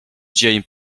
dzień